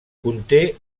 conté